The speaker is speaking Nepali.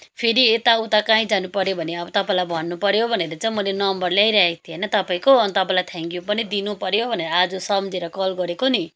फेरि यता उता कहीँ जानुपर्यो भने अब तपाईँलाई भन्नुपर्यो भनेर चाहिँ मैले नम्बर ल्याइरहेको थिएँ होइन तपाईँको अनि तपाईँलाई थ्याङ्क यू पनि दिनुपर्यो भनेर आज सम्झेर कल गरेको नि